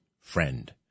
friend